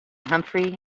humphrey